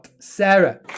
Sarah